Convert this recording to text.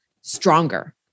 stronger